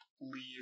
leave